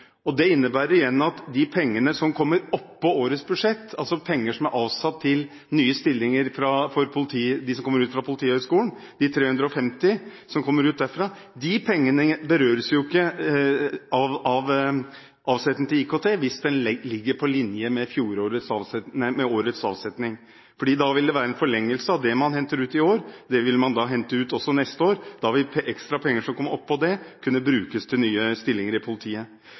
Det innebærer igjen at de pengene som kommer oppå årets budsjett – altså penger som er avsatt til nye stillinger for de 350 som går ut fra politihøgskolen – ikke berøres av avsetning til IKT hvis den ligger på linje med årets avsetning, fordi det da vil være en forlengelse av det man henter ut i år. Det vil man hente ut også neste år, og da vil ekstra penger som kommer oppå det, kunne brukes til nye stillinger i politiet.